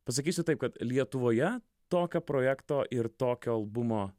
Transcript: pasakysiu taip kad lietuvoje tokio projekto ir tokio albumo